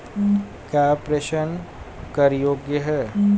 क्या प्रेषण कर योग्य हैं?